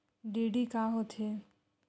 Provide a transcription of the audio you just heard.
DD का होथे?